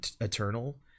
Eternal